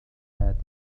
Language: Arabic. هاتفك